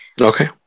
Okay